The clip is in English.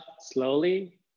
slowly